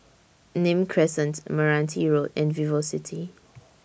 Nim Crescent Meranti Road and Vivocity